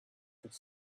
could